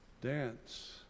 dance